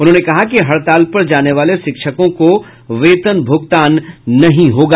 उन्होंने कहा हड़ताल पर जाने वाले शिक्षकों को वेतन भुगतान नहीं होगा